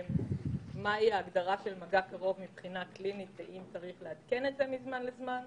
את ההגדרה של מגע קרוב מבחינה קלינית צריך לעדכן מזמן לזמן.